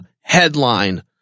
headline